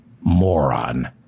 moron